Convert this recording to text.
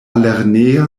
lerneja